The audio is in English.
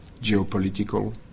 geopolitical